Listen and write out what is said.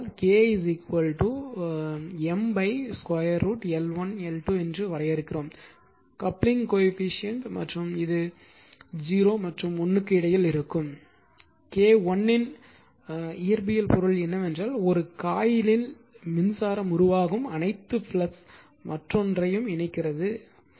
ஆகையால் K இந்த வார்த்தையை k M √ L1 L2 என்று வரையறுக்கிறோம் கப்ளிங் கோஎபிசியன்ட் மற்றும் இது 0 மற்றும் 1 க்கு இடையில் இருக்கும் K1 இன் இயற்பியல் பொருள் என்னவென்றால் ஒரு காயிலில் மின்சாரத்தால் உருவாகும் அனைத்து ஃப்ளக்ஸ் மற்றொன்றையும் இணைக்கிறது